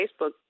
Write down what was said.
Facebook